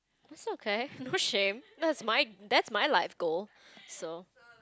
it's okay no shame that's my that's my life goal so